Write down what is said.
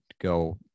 go